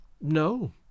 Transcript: No